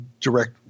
direct